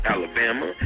Alabama